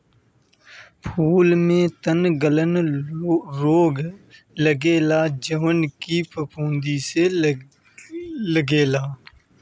फूल में तनगलन रोग लगेला जवन की फफूंद से लागेला